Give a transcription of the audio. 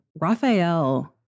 Raphael